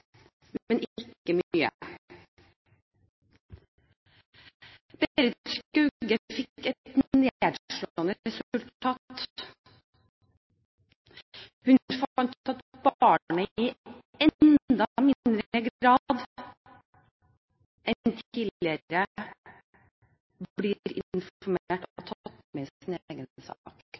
men ikke mye. Berit Skauge fikk et nedslående resultat. Hun fant at barnet i enda mindre grad enn tidligere blir informert og tatt med i sin egen sak.